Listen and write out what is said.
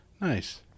Nice